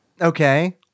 Okay